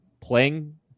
playing